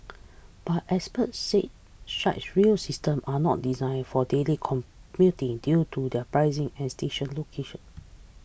but experts said such rail systems are not designed for daily commuting due to their pricing and station locations